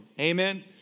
Amen